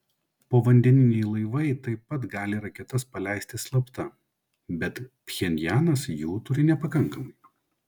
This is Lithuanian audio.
povandeniniai laivai taip pat gali raketas paleisti slapta bet pchenjanas jų turi nepakankamai